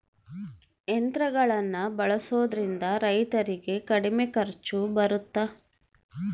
ಯಂತ್ರಗಳನ್ನ ಬಳಸೊದ್ರಿಂದ ರೈತರಿಗೆ ಕಡಿಮೆ ಖರ್ಚು ಬರುತ್ತಾ?